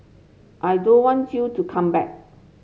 I don't want you to come back